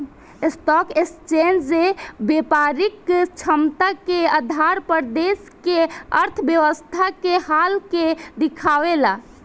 stock exchange व्यापारिक क्षमता के आधार पर देश के अर्थव्यवस्था के हाल के देखावेला